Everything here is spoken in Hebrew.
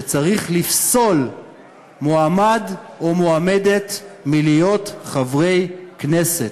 שצריך לפסול מועמד או מועמדת מלהיות חברי כנסת,